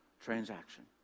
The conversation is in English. transaction